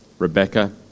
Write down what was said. Rebecca